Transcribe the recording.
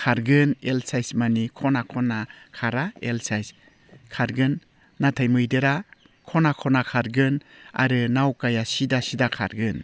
खारगोन एल साइस माने खना खना खारा एल साइस खारगोन नाथाय मैदेरा खना खना खारगोन आरो नावखाय सिदा सिदा खारगोन